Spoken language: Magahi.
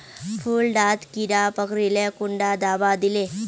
फुल डात कीड़ा पकरिले कुंडा दाबा दीले?